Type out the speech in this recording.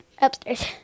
upstairs